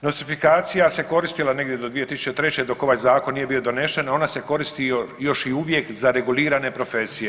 Nostrifikacija se koristila negdje do 2003. dok ovaj zakon nije bio donesen, ona se koristi još i uvijek za regulirane profesije.